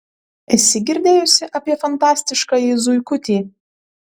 esi girdėjusi apie fantastiškąjį zuikutį